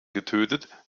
getötet